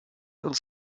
uns